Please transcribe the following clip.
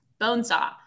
Bonesaw